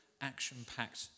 action-packed